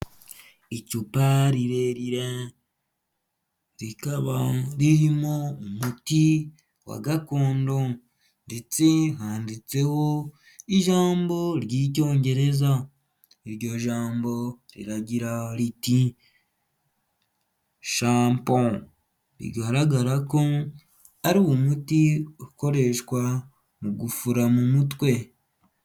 Icupa rirerire rikaba ririmo umuti wa gakondo ndetse handitseho ijambo ry'Icyongereza, iryo jambo riragira riti shampo, bigaragara ko ari umuti ukoreshwa mu gufura mu mutwe.